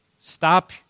Stop